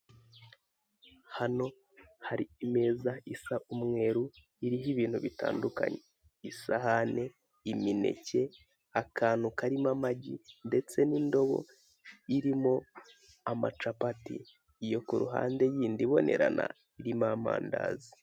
Hano hari imeza isa umweru, iriho ibintu bitandukanye; isahane, imineke, akantu karimo amagi, ndetse n'indobo irimo amacapati. Iyo ku ruhande yindi ibomerana, irimo amandazi.